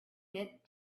mint